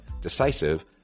decisive